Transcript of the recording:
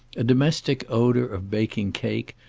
a domestic odor of baking cake,